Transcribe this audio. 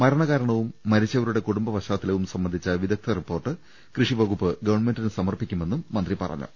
മരണ കാരണവും മരിച്ചവരുടെ കുടുംബ പശ്ചാത്തലവും സംബ ന്ധിച്ച വിദഗ്ധ റിപ്പോർട്ട് കൃഷി വകുപ്പ് ഗവൺമെന്റിന് സമർപ്പിക്കു മെന്നും മന്ത്രി പറഞ്ഞു